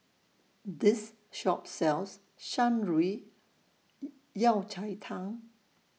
This Shop sells Shan Rui Yao Cai Tang